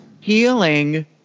healing